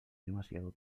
demasiado